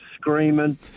screaming